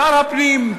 שר הפנים,